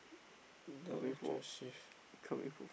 the actual shift